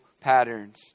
patterns